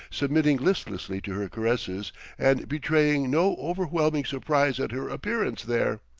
submitting listlessly to her caresses and betraying no overwhelming surprise at her appearance there.